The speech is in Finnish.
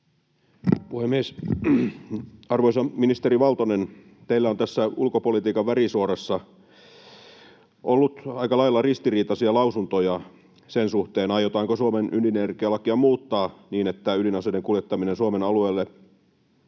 Arvoisa ministeri Valtonen, teillä on tässä ulkopolitiikan värisuorassa ollut aika lailla ristiriitaisia lausuntoja sen suhteen, aiotaanko Suomen ydinenergialakia muuttaa niin, että ydinaseiden kuljettaminen Suomen alueelle